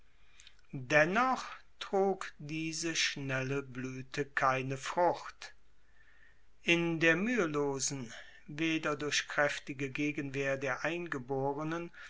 dennoch trug diese schnelle bluete keine frucht in der muehelosen weder durch kraeftige gegenwehr der eingeborenen